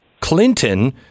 Clinton